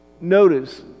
notice